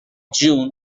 june